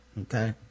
okay